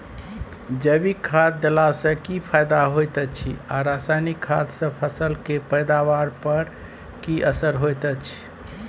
जैविक खाद देला सॅ की फायदा होयत अछि आ रसायनिक खाद सॅ फसल के पैदावार पर की असर होयत अछि?